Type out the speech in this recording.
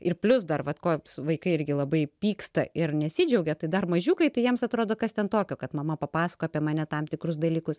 ir plius dar vat ko vaikai irgi labai pyksta ir nesidžiaugia tai dar mažiukai tai jiems atrodo kas ten tokio kad mama papasakojo apie mane tam tikrus dalykus